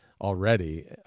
already